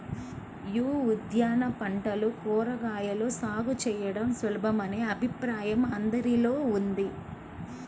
యీ ఉద్యాన పంటలుగా కూరగాయల సాగు చేయడం సులభమనే అభిప్రాయం అందరిలో ఉంది